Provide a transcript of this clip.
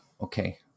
okay